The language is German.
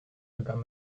begann